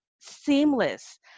seamless